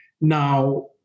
Now